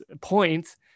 points